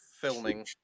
filming